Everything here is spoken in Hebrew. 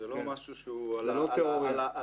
זה לא משהו שהוא על הקרח.